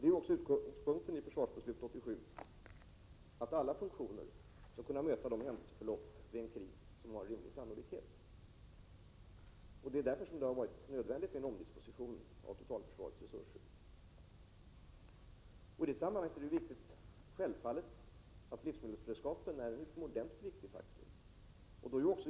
Det är också utgångspunkten i försvarsbeslutet 1987, att alla funktioner skall kunna möta de händelseförlopp som är rimliga vid en kris. Därför har det varit nödvändigt med en omdisposition av totalförsvarets resurser. I det sammanhanget är självfallet livsmedelsberedskapen en utomordentligt viktig faktor.